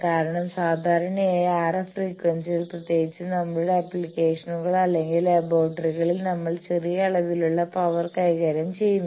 കാരണം സാധാരണയായി RF ഫ്രീക്വൻസിയിൽ പ്രത്യേകിച്ച് നമ്മളുടെ ആപ്ലിക്കേഷനുകൾ അല്ലെങ്കിൽ ലബോറട്ടറികളിൽ നമ്മൾ ചെറിയ അളവിലുള്ള പവർ കൈകാര്യം ചെയ്യുന്നു